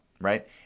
right